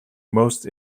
most